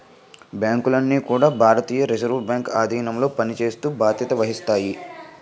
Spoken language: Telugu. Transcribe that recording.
బ్యాంకులన్నీ కూడా భారతీయ రిజర్వ్ బ్యాంక్ ఆధీనంలో పనిచేస్తూ బాధ్యత వహిస్తాయి